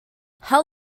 how